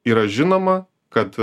yra žinoma kad